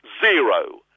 zero